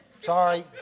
Sorry